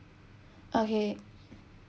okay